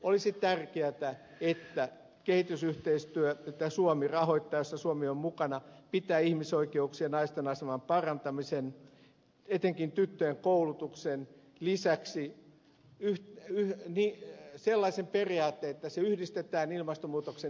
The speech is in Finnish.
olisi tärkeätä että kehitysyhteistyö jota suomi rahoittaa jossa suomi on mukana pitää sisällään ihmisoikeuk sien naisten aseman parantamisen etenkin tyttöjen koulutuksen lisäksi sellaisen periaatteen että se yhdistetään ilmastonmuutoksen hillintään